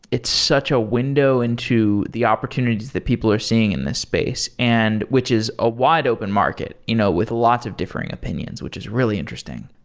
it's such a window into the opportunities that people are seeing in this space, and which is a wide open market you know with lots of differing opinions, which is really interesting.